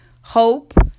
hope